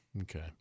Okay